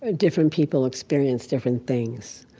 ah different people experienced different things.